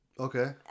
Okay